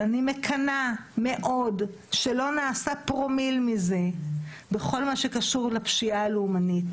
אבל אני מקנאה מאוד שלא נעשה פרומיל מזה בכל מה שקשור לפשיעה הלאומנית,